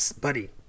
buddy